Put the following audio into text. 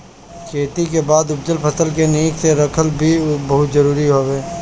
खेती के बाद उपजल फसल के निक से रखल भी बहुते जरुरी हवे